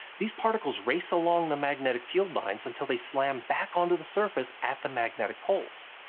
these particles race along the magnetic field lines until they slam back onto the surface at the magnetic poles.